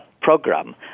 program